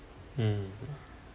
mm